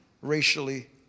racially